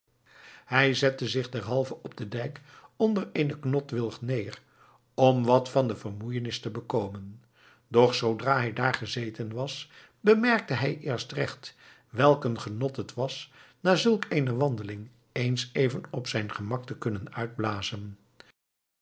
hij zette zich derhalve op den dijk onder eenen knotwilg neer om wat van de vermoeienis te bekomen doch zoodra hij daar gezeten was bemerkte hij eerst recht welk een genot het was na zulk eene wandeling eens even op zijn gemak te kunnen uitblazen